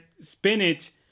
spinach